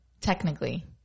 technically